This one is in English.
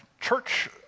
church